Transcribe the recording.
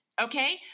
Okay